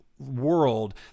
world